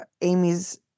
Amy's